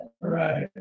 Right